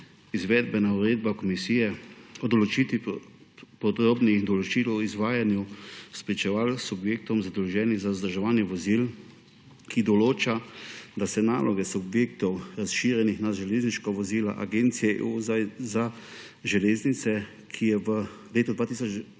Izvedbena uredba Komisije o določitvi podrobnih določb o sistemu izdajanja spričeval subjektom, zadolženim za vzdrževanje vozil, ki določa, da se naloge subjektov razširijo na vsa železniška vozila. Agencija EU za železnice, ki je v letu